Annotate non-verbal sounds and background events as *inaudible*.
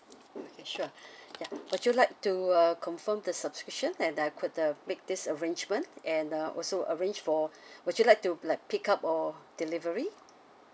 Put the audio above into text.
okay sure *breath* ya would you like to uh confirm the subscription and I could uh make this arrangement and uh also arrange for *breath* would you like to like pick up or delivery